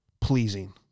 pleasing